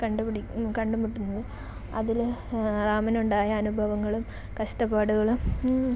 കണ്ടു പിടി കണ്ടു മുട്ടുന്നത് അതിൽ റാമിനുണ്ടായ അനുഭവങ്ങളും കഷ്ടപ്പാടുകളും